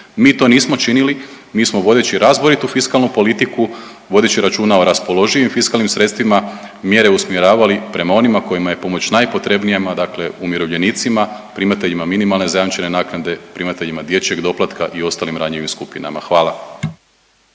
Mi to nismo činili, mi smo vodeći razboritu fiskalnu politiku vodeći računa o raspoloživim fiskalnim sredstvima mjere usmjeravali prema onima kojima je pomoć najpotrebnija, dakle umirovljenicima, primateljima minimalne zajamčene naknade, primateljima dječjeg doplatka i ostalim ranjivim skupinama. Hvala.